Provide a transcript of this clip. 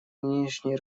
нынешней